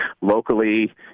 locally